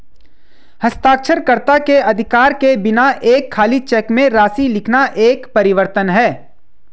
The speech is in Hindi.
हस्ताक्षरकर्ता के अधिकार के बिना एक खाली चेक में राशि लिखना एक परिवर्तन है